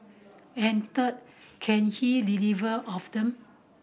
and third can he deliver of them